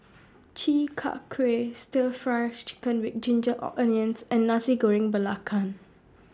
Chi Kak Kuih Stir Fry Chicken with Ginger Or Onions and Nasi Goreng Belacan